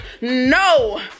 No